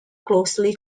closely